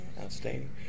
Outstanding